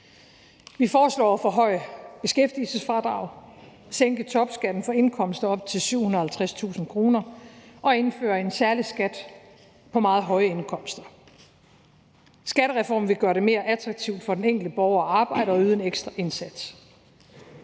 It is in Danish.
Vi foreslår at forhøje beskæftigelsesfradraget, sænke topskatten for indkomster op til 750.000 kr. og indføre en særlig skat på meget høje indkomster. Skattereformen vil gøre det mere attraktivt for den enkelte borger at arbejde og yde en ekstra indsats.